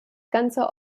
ganzer